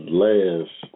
last